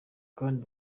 kandi